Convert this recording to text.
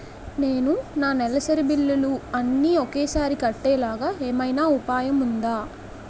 నేను నా నెలసరి బిల్లులు అన్ని ఒకేసారి కట్టేలాగా ఏమైనా ఉపాయం ఉందా?